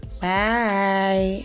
bye